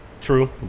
True